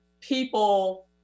people